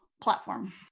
platform